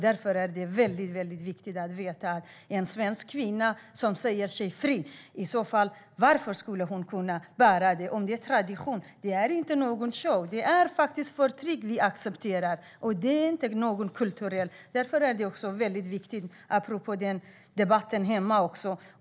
Varför ska då en fri svensk kvinna bära slöja? Det handlar inte om en show utan om att inte acceptera förtryck. Det är inte kulturellt. Därför är det viktigt, också apropå debatten här hemma.